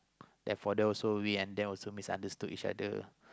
then for those who we also misunderstood each other